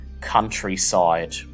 countryside